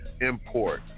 import